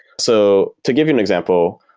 so to give you an example,